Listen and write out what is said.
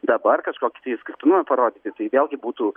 dabar kažkokį tai išskirtinumą parodyti tai vėlgi būtų